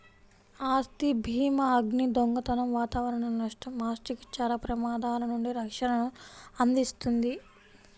ఆస్తి భీమాఅగ్ని, దొంగతనం వాతావరణ నష్టం, ఆస్తికి చాలా ప్రమాదాల నుండి రక్షణను అందిస్తుంది